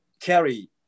carry